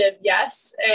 yes